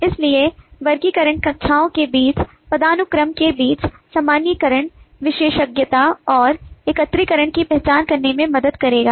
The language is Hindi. इसलिए वर्गीकरण कक्षाओं के बीच पदानुक्रम के बीच सामान्यीकरण विशेषज्ञता और एकत्रीकरण की पहचान करने में मदद करेगा